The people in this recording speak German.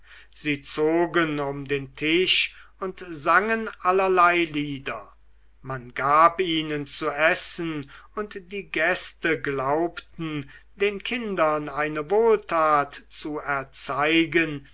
sie zogen um den tisch und sangen allerlei lieder man gab ihnen zu essen und die gäste glaubten den kindern eine wohltat zu erzeigen